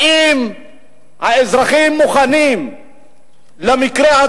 האם האזרחים מוכנים למקרה,